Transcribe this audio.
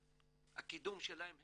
הקידום שלהם.